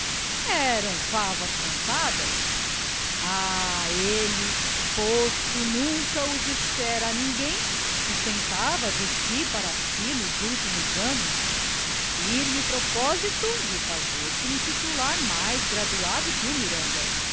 eram favas contadas ah ele posto nunca o dissera a ninguém sustentava de si para si nos últimos anos o firme propósito de fazer-se um titular mais graduado que o miranda